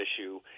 issue